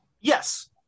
Yes